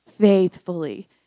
faithfully